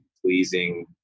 pleasing